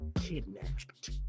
kidnapped